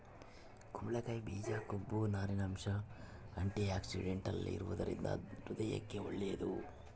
ಕುಂಬಳಕಾಯಿ ಬೀಜ ಕೊಬ್ಬು, ನಾರಿನಂಶ, ಆಂಟಿಆಕ್ಸಿಡೆಂಟಲ್ ಇರುವದರಿಂದ ಹೃದಯಕ್ಕೆ ಒಳ್ಳೇದು